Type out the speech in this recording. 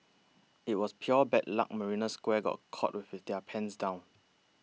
it was pure bad luck Marina Square got caught with their pants down